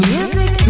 Music